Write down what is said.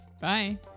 Bye